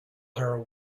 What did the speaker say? her